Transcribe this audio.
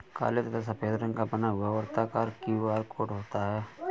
काले तथा सफेद रंग का बना हुआ वर्ताकार क्यू.आर कोड होता है